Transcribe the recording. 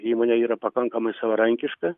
įmonė yra pakankamai savarankiška